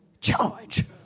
charge